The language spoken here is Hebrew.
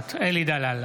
נוכחת אלי דלל,